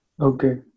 Okay